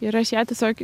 ir aš ją tiesiog